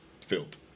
filled